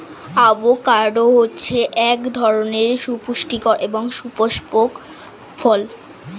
avocado হচ্ছে এক ধরনের সুপুস্টিকর এবং সুপুস্পক ফল